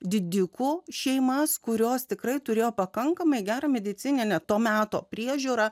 didikų šeimas kurios tikrai turėjo pakankamai gerą medicininę to meto priežiūrą